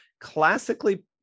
classically